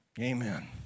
Amen